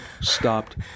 stopped